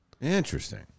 Interesting